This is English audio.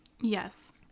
Yes